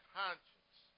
conscience